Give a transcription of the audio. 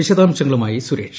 വിശദാംശങ്ങളുമായി സുരേഷ്